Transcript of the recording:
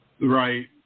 Right